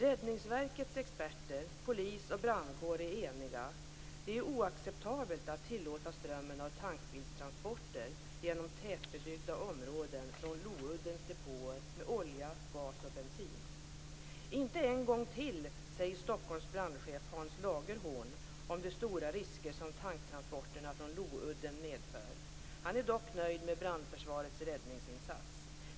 Räddningsverkets experter, polis och brandkår är eniga; det är oacceptabelt att tillåta strömmen av tankbilstransporter genom tätbebyggda områden från Louddens depåer med olja, gas och bensin. - Inte en gång till, säger Stockholms brandchef Hans Lagerhorn om de stora risker som tanktransporterna från Loudden medför. Han är dock nöjd med brandförsvarets räddningsinsats.